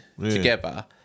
together